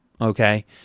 okay